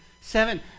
seven